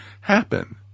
happen